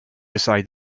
beside